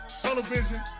Television